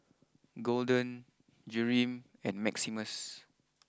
Golden Jereme and Maximus